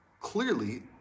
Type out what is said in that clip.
clearly